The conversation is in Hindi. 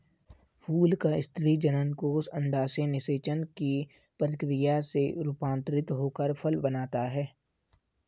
फूल का स्त्री जननकोष अंडाशय निषेचन की प्रक्रिया से रूपान्तरित होकर फल बनता है